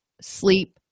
sleep